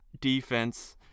defense